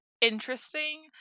interesting